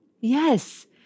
Yes